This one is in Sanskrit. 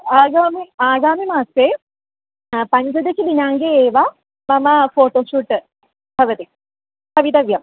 आगामि आगामि मासे पञ्चदशदिनाङ्के एव मम फ़ोटोशूट् भवति भवितव्यम्